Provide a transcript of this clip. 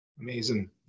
Amazing